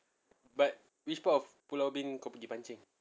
but which part of pulau ubin kau pergi pancing